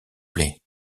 plait